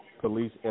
police